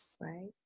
right